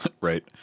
Right